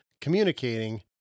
communicating